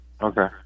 Okay